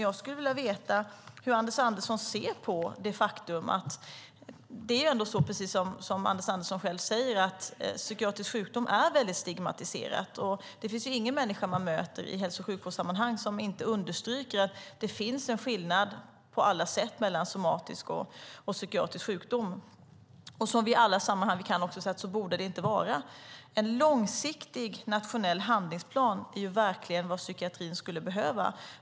Jag skulle vilja veta hur Anders Andersson ser på det faktum att psykisk sjukdom är stigmatiserat. Det finns ingen människa man möter i hälso och sjukvårdssammanhang som inte understryker att det finns en på alla sätt skillnad mellan somatisk och psykisk sjukdom. I alla sammanhang säger vi att det inte borde vara så. En långsiktig nationell handlingsplan är verkligen vad psykiatrin behöver.